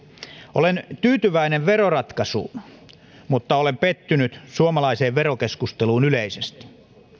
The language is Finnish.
olen tyytyväinen veroratkaisuun mutta olen pettynyt suomalaiseen verokeskusteluun yleisesti